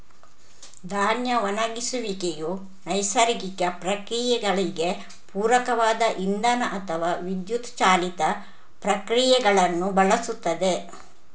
ಧಾನ್ಯ ಒಣಗಿಸುವಿಕೆಯು ನೈಸರ್ಗಿಕ ಪ್ರಕ್ರಿಯೆಗಳಿಗೆ ಪೂರಕವಾದ ಇಂಧನ ಅಥವಾ ವಿದ್ಯುತ್ ಚಾಲಿತ ಪ್ರಕ್ರಿಯೆಗಳನ್ನು ಬಳಸುತ್ತದೆ